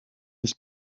his